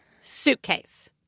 suitcase